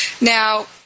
Now